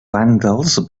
vàndals